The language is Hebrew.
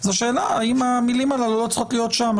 אז השאלה האם המילים הללו לא צריכות להיות שם.